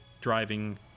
driving